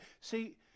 See